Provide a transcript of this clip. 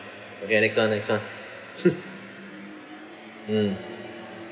okay ah next [one] next [one] mm